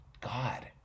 God